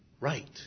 right